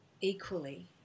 equally